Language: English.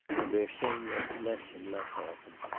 and bersenyev less and less often.